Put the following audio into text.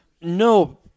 No